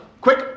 quick